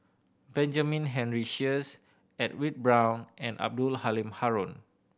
Benjamin Henry Sheares Edwin Brown and Abdul Halim Haron